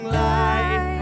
light